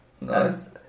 Nice